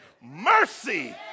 mercy